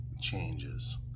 changes